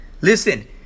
Listen